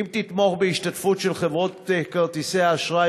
האם תתמוך בהשתתפות של חברות כרטיסי האשראי